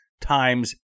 times